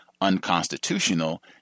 unconstitutional